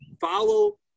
follow